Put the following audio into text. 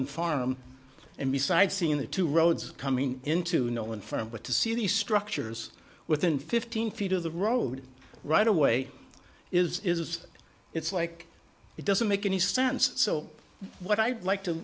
one farm and besides seeing the two roads coming into no one firm but to see these structures within fifteen feet of the road right away is that it's like it doesn't make any sense so what i'd like t